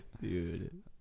Dude